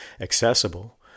accessible